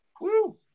Woo